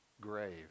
grave